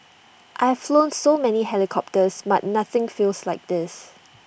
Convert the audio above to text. I have flown so many helicopters but nothing feels like this